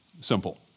simple